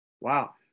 Wow